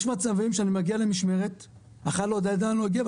יש מצבים שאני מגיע למשמרת והחייל עדיין לא הגיע,